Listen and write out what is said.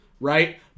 right